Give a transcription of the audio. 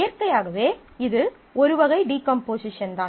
இயற்கையாகவே இது ஒரு வகை டீகம்போசிஷன் தான்